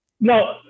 No